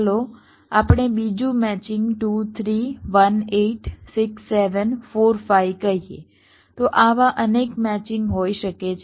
ચાલો આપણે બીજું મેચિંગ 2 3 1 8 6 7 4 5 કહીએ તો આવા અનેક મેચિંગ હોઈ શકે છે